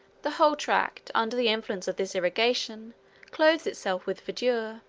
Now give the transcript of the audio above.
the whole tract under the influence of this irrigation clothes itself with verdure.